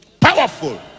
Powerful